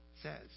says